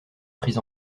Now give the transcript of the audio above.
prises